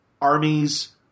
armies